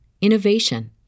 innovation